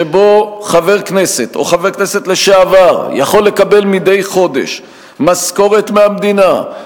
שבו חבר הכנסת או חבר הכנסת לשעבר יכול לקבל מדי חודש משכורת מהמדינה,